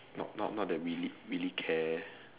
not not not that we really really care